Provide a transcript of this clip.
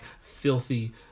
filthy